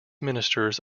ministers